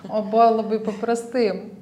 o buvo labai paprastai